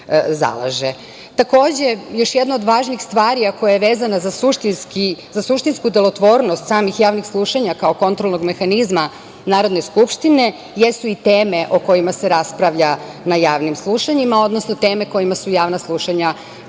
zalaže. Takođe, još jedna od važnih stvari, a koja je vezana za suštinsku delotvornost samih javnih slušanja kao kontrolnog mehanizma Narodne skupštine jesu i teme o kojima se raspravlja na javnim slušanjima, odnosno, teme kojima su javna slušanja